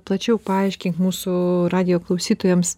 plačiau paaiškink mūsų radijo klausytojams